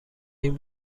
این